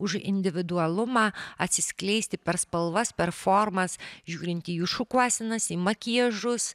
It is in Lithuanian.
už individualumą atsiskleisti per spalvas per formas žiūrinti į jų šukuosenas į makiažus